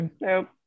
nope